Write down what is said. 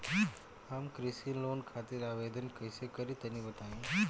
हम कृषि लोन खातिर आवेदन कइसे करि तनि बताई?